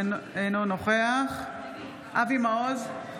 אינו נוכח אבי מעוז,